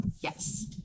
Yes